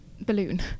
balloon